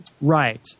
right